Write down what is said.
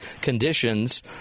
conditions—